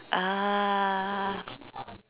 uh